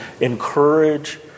encourage